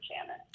Shannon